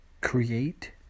Create